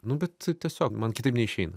nu bet tiesiog man kitaip neišeina